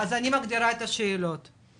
השאלות הן: